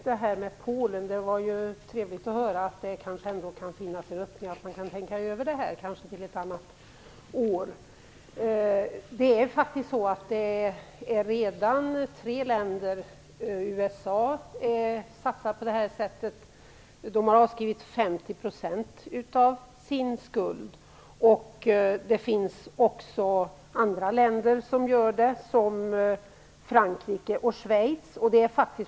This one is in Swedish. Herr talman! Det var ju trevligt att höra att det kanske till ett annat år går att tänka över det här med Polen. Det finns redan länder, bl.a. USA, som samarbetar på det här sättet. Man har avskrivit 50 % av skulden. Det finns även andra länder som gör det, som Frankrike och Schweiz.